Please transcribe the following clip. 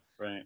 Right